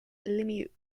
lemieux